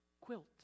quilt